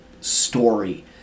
story